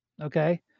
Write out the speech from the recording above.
Okay